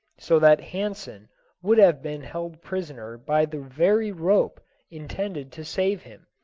so that hansen would have been held prisoner by the very rope intended to save him,